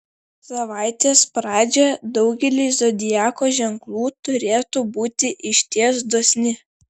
savaitės pradžia daugeliui zodiako ženklų turėtų būti išties dosni